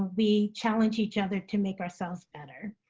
ah we challenge each other to make ourselves better.